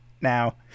Now